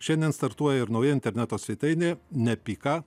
šiandien startuoja ir nauja interneto svetainė nepyka